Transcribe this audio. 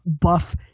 buff